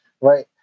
right